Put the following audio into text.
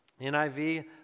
NIV